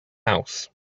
house